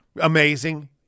Amazing